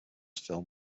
film